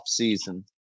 offseason